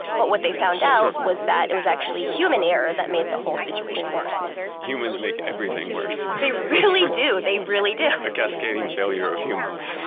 but what they found out was that it was actually human error that made the whole situation worse humans make everything worse they really do. they really do a cascading failure of humans